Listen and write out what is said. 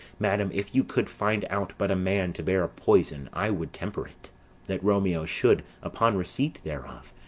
madam, if you could find out but a man to bear a poison, i would temper it that romeo should, upon receipt thereof,